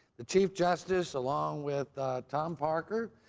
the chief justice along with tom parker,